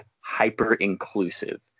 hyper-inclusive